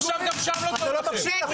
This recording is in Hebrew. עכשיו גם שם לא טוב לכם.